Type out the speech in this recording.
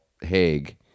Haig